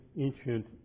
ancient